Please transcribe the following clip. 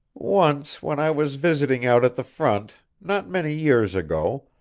once when i was visiting out at the front, not many years ago,